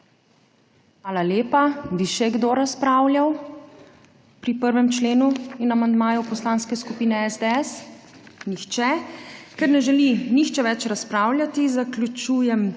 Hvala lepa. Bi še kdo razpravljal pri 1. členu in amandmaju Poslanske skupine SDS? (Ne.) Nihče. Ker ne želi nihče več razpravljati, zaključujem